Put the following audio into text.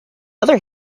other